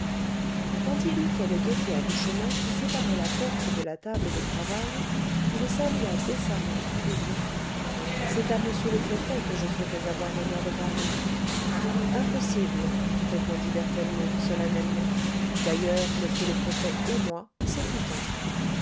quand il eut fait les deux tiers du chemin qui séparait la porte de la table de travail il salua décemment et dit c'est à m le préfet que je souhaitais avoir l'honneur de parler impossible répondit berthellemot solennellement d'ailleurs m le préfet et moi c'est tout un